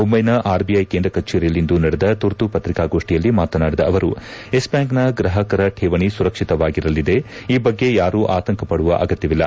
ಮುಂಬೈನ ಆರ್ಬಿಐ ಕೇಂದ್ರ ಕಚೇರಿಯಲ್ಲಿಂದು ನಡೆದ ತುರ್ತು ಪ್ರಿಕಾಗೋಷ್ಠಿಯಲ್ಲಿ ಮಾತನಾಡಿದ ಅವರು ಯೆಸ್ಬ್ಯಾಂಕ್ನ ಗ್ರಾಹಕರ ಠೇವಣಿ ಸುರಕ್ಷಿತವಾಗಿರಲಿದೆ ಈ ಬಗ್ಗೆ ಯಾರೂ ಆತಂಕ ಪಡುವ ಅಗತ್ಯವಿಲ್ಲ